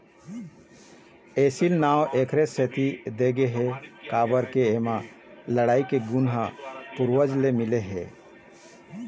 एसील नांव एखरे सेती दे गे हे काबर के एमा लड़ई के गुन ह पूरवज ले मिले हे